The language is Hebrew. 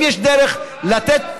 אם יש דרך לתת,